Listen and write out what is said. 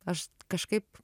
aš kažkaip